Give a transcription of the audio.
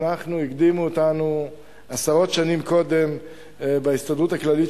הקדימו אותנו עשרות שנים קודם בהסתדרות הכללית,